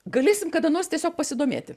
galėsim kada nors tiesiog pasidomėti